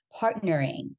partnering